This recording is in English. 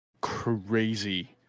crazy